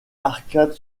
arcades